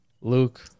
Luke